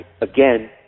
Again